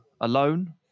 alone